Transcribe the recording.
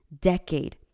decade